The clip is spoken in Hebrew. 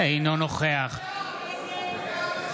תצביעו